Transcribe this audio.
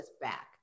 back